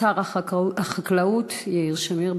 שר החקלאות יאיר שמיר,